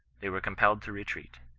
they were compelled to retreat.